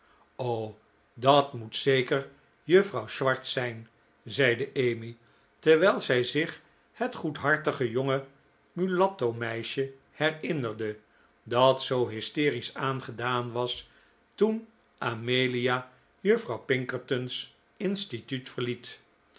dat moet zeker juffrouw swartz zijn zeide emmy terwijl zij zich het goedhartige jonge mulatto meisje herinnerde dat zoo hysterisch aangedaan was toen amelia juffrouw pinkerton's instituut verliet